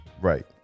Right